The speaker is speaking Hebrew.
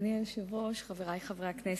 אדוני היושב-ראש, חברי חברי הכנסת,